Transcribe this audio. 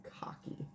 Cocky